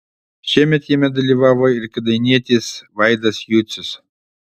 šiemet jame dalyvavo ir kėdainietis vaidas jucius